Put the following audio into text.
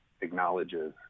acknowledges